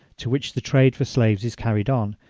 to which the trade for slaves is carried on,